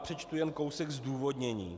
Přečtu jen kousek zdůvodnění.